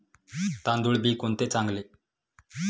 तांदूळ बी कोणते चांगले?